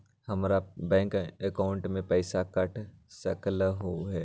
हमर bank account से पैसा कट सकलइ ह?